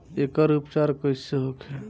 एकर उपचार कईसे होखे?